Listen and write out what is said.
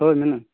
ᱦᱳᱭ ᱢᱮᱱᱟᱜᱼᱟ